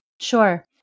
Sure